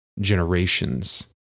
generations